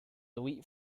delete